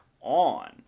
on